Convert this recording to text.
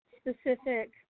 specific